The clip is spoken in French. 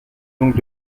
donc